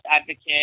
advocate